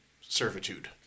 servitude